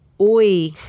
oi